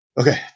Okay